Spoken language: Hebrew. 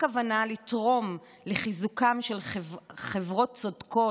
כוונה לתרום לחיזוקן של חברות צודקות,